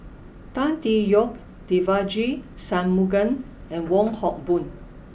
Tan Tee Yoke Devagi Sanmugam and Wong Hock Boon